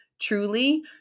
Truly